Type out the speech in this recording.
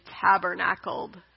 tabernacled